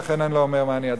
ולכן אני לא אומר מה אני אצביע.